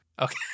Okay